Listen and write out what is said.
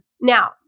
Now